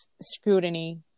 scrutiny